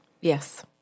Yes